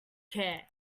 care